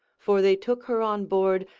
for they took her on board,